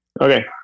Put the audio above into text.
okay